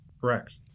Correct